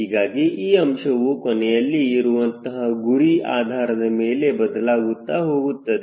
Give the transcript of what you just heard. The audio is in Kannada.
ಹೀಗಾಗಿ ಈ ಅಂಶವು ಕೊನೆಯಲ್ಲಿ ಇರುವಂತಹ ಗುರಿ ಆಧಾರದ ಮೇಲೆ ಬದಲಾಗುತ್ತಾ ಹೋಗುತ್ತದೆ